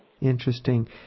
Interesting